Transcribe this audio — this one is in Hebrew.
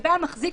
לגבי המחזיק,